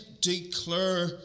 declare